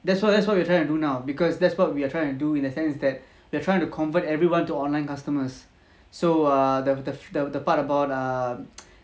that's what that's what we are trying to do now because that's what we are trying to do in the sense that they're trying to convert everyone to online customers so err the the the part about err